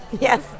yes